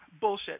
Bullshit